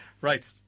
Right